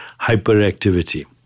hyperactivity